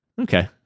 Okay